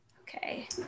Okay